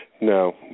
No